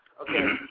Okay